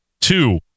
two